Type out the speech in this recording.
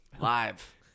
live